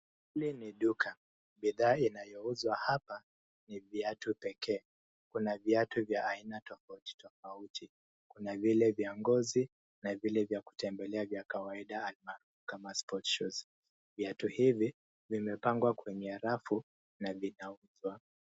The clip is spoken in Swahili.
Hili ni duka. Bidhaa inayouzwa hapa ni viatu pekee. Kuna viatu vya aina tofauti tofauti, kuna vile vya ngozi na vile vya kutembelea vya kawaida almaarufu kama sport shoes . Viatu hivi vimepangwa kwenye rafu na vinauzwa.